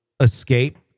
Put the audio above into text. escape